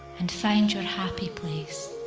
and find your happy place